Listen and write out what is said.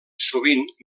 sovint